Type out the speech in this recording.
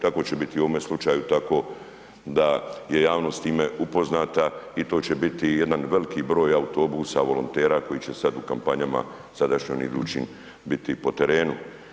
Tako će biti i u ovome slučaju, tako da je javnost s time upoznata i to će biti jedan veliki broj autobusa, volontera, koji će sada u kampanjama, sadašnjim idućim biti po trenu.